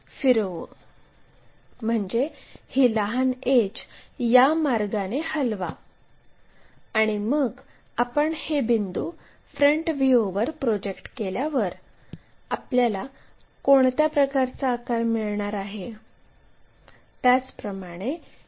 PQ ही 60 मिमी लांबीची आहे आणि दोन्ही आडव्या प्लेन आणि उभ्या प्लेनपासून 15 मिमी अंतरावर आहे आणि आडव्या प्लेन आणि उभ्या प्लेनशी समांतर आहे